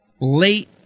late